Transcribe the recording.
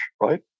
right